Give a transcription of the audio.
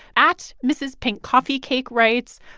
at mrs pinkcoffeecake writes,